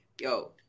Yo